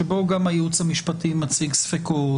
שבו גם הייעוץ המשפטי מציג ספקות,